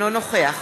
אינו נוכח